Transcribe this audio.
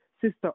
sister